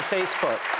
Facebook